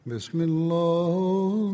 Bismillah